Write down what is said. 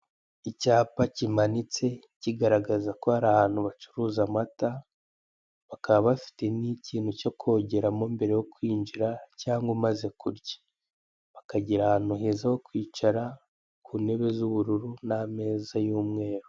Icyapa kimanitse kigaragaza ko hari ahantu bacuruza amata, bakaba bafite ikintu cyo kogeramo mbere yo kwinjira cyangwa umaze kurya. Bakagira ahantu heza ho kwicara ku ntebe z'ubururu n'ameza y'umweru.